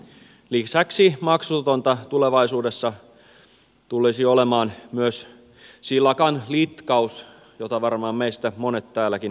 lisäksi maksutonta tulevaisuudessa tulisi olemaan myös silakan litkaus jota varmaan meistä monet täälläkin harrastavat